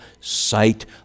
sight